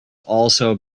also